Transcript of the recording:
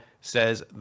says